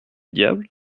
diable